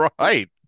Right